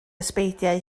ysbeidiau